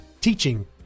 Teaching